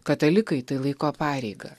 katalikai tai laiko pareiga